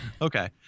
okay